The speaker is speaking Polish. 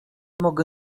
mogę